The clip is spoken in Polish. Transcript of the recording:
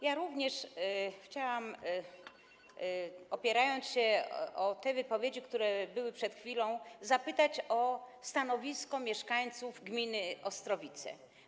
Ja również chciałam, opierając się na wypowiedziach, które były przed chwilą, zapytać o stanowisko mieszkańców gminy Ostrowice.